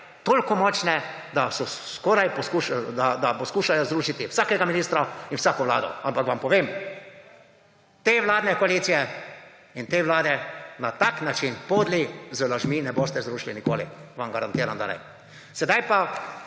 tako dalje, toliko močne, da poskušajo zrušiti vsakega ministra in vsako vlado. Ampak vam povem, te vladne koalicije in te vlade na tak podli način, z lažmi ne boste zrušili nikoli. Vam garantiram, da ne. Sedaj pa